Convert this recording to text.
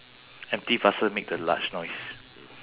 empty vessel make the large noise